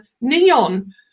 neon